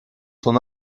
son